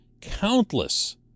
countless